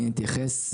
אני אתייחס,